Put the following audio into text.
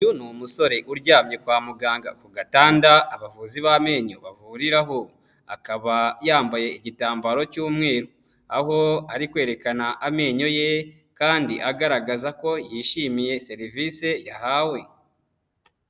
Uyu ni umusore uryamye kwa muganga ku gatanda abavuzi b'amenyo bavuriraho, akaba yambaye igitambaro cy'umweru aho ari kwerekana amenyo ye kandi agaragaza ko yishimiye serivisi yahawe.